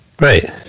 right